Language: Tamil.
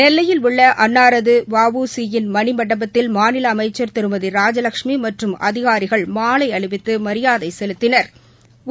நெல்லையில் உள்ள அன்னாரது வஉசி யின் மணிமண்டபத்தில் மாநில அமைச்சள் திருமதி ராஜலஷ்மி மற்றும் அதிகாரிகள் மலை அணிவித்து மரியாதை செலுத்தினா்